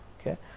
Okay